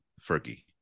Fergie